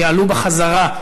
יעלו בחזרה,